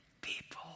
people